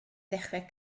ddechrau